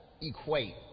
equate